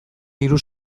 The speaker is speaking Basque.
diru